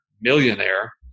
millionaire